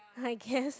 I guess